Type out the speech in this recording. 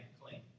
clean